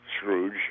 Scrooge